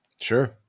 Sure